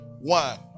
One